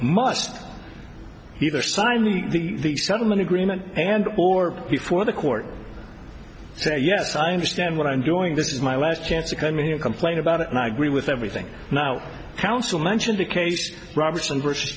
must either signed the settlement agreement and or before the court say yes i understand what i'm doing this is my last chance to come in and complain about it and i agree with everything now counsel mentioned the case robson